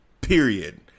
period